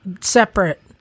separate